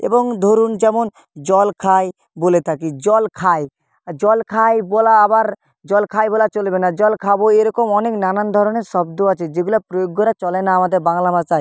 এবং ধরুন যেমন জল খাই বলে থাকি জল খায় জল খায় বলা আবার জল খাই বলা চলবে না জল খাবো এরকম অনেক নানান ধরনের শব্দ আছে যেগুলা প্রয়োগ করা চলে না আমাদের বাংলা ভাষায়